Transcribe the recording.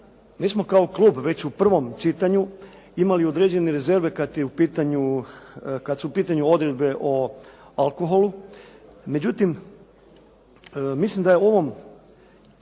Mi smo kao klub već u prvom čitanju imali određene rezerve kada su u pitanju odredbe o alkoholu.